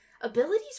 Abilities